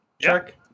check